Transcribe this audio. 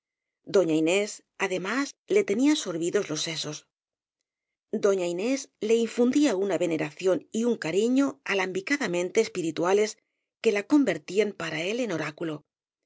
doña inés además le te nía sorbidos los sesos doña inés le infundía una veneración y un cariño alambicadamente espiritua les que la convertían para él en oráculo